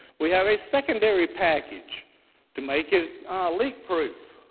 we have a secondary package to make it leak proof.